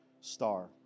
star